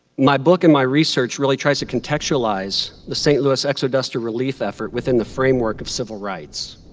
my book and my research really tries to contextualize the st. louis exoduster relief effort within the framework of civil rights.